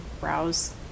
browse